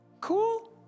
cool